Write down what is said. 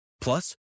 Plus